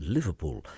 Liverpool